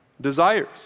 desires